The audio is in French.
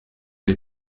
les